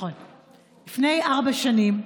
לפני ארבע שנים,